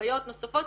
מחוויות נוספות,